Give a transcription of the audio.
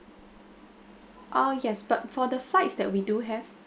uh yes but for the flights that we do have